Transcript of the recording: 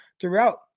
throughout